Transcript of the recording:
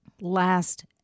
last